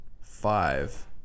five